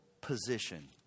position